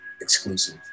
exclusive